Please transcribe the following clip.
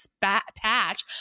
patch